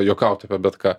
juokaut apie bet ką